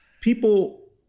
People